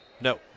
No